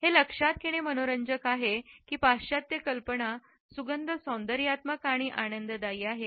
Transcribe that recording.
हे लक्षात घेणे मनोरंजक आहे की पाश्चात्य कल्पना की सुगंध सौंदर्यात्मक आणि आनंददायी आहेत